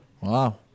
Wow